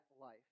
life